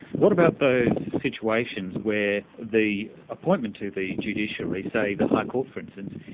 what about those situations where the appointment to the judiciary, say the high court for instance,